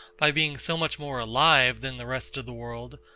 by being so much more alive than the rest of the world,